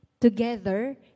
together